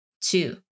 Two